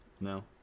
No